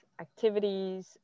activities